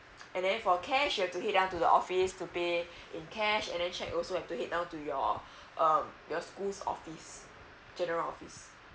and then for cash you have to head down to the office to pay in cash and check also like to head down to your uh your school office general office